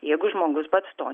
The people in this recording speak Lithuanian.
jeigu žmogus pats to